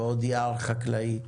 ועוד יער חקלאי,